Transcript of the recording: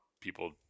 people